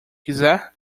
quiser